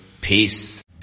peace